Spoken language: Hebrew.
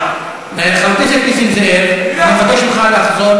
חבר הכנסת נסים זאב, אני מבקש ממך לחזור